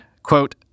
Quote